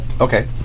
Okay